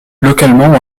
localement